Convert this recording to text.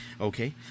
Okay